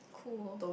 cool